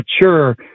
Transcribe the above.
mature